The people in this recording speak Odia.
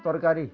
ତରକାରୀ